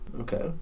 Okay